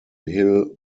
hill